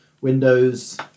windows